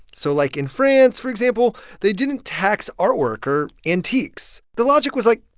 so like, in france, for example, they didn't tax artwork or antiques. the logic was like,